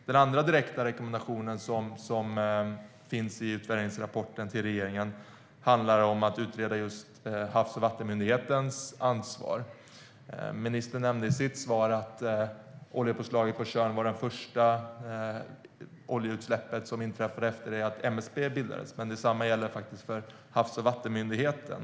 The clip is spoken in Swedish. Den andra direkta rekommendation som finns i utvärderingsrapporten till regeringen handlar om att utreda Havs och vattenmyndighetens ansvar. Ministern nämnde i sitt svar att oljepåslaget på Tjörn var det första oljeutsläpp som inträffade efter det att MSB bildades. Men detsamma gäller även för Havs och vattenmyndigheten.